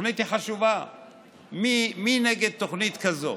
התוכנית היא חשובה, מי נגד תוכנית כזאת?